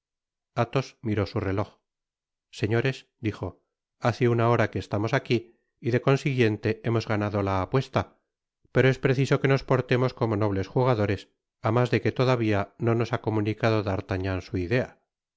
athos miró su reloj señores dijo hace una hora que estamos aqui y de consiguiente hemos ganado la apuesta pero es preciso que nos portemos como nobles jugadores á mas de que todavia no nos ha comunicado d'artagnan su idea